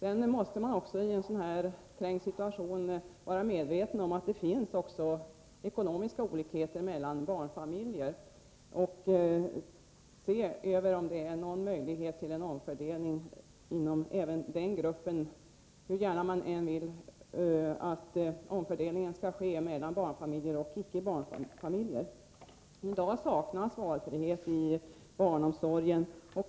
I en sådan här trängd situation måste man också vara medveten om att det finns ekonomiska olikheter även mellan barnfamiljer och undersöka om det är möjligt att omfördela inom den gruppen — hur gärna man än vill att omfördelningen skall ske mellan barnfamiljer och icke barnfamiljer. I dag saknas det valfrihet i barnomsorgen.